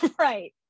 Right